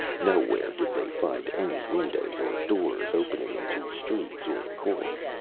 nowhere did they find any windows, or doors opening into streets or courts.